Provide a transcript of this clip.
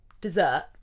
dessert